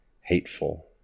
hateful